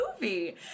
movie